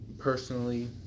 Personally